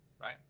right